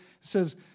says